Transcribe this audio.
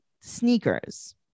sneakers